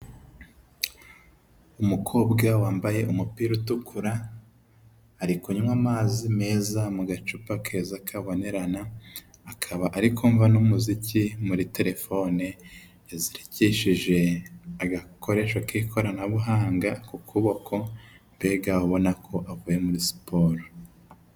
Umukobwa wambaye umupira utukura, ari kunywa amazi meza mu gacupa keza kabonerana, akaba ari kumva n'umuziki muri telefone yazitekeshijeje agakoresho k'ikoranabuhanga ku kuboko, mbega ubona ko avuye muri siporo.